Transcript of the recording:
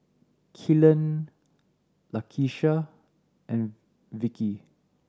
Kellan Lakesha and Vickey